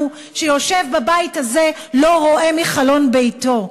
שיושב בבית הזה לא רואה מחלון ביתו?